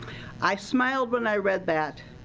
i smiled when i read that,